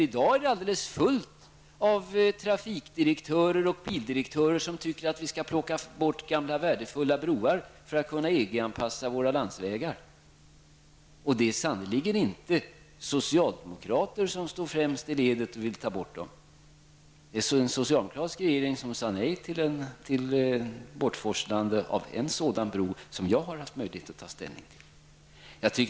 I dag kryllar det av trafikdirektörer och bilföretagsdirektörer som vill ha bort gamla värdefulla broar för att våra landsvägar skall kunna EG-anpassas. Det är sannerligen inte socialdemokrater som står främst i ledet och vill ta bort dessa broar. Det var den socialdemokratiska regeringen som sade nej till bortforslande av en sådan bro, som jag har haft möjlighet att ta ställning till.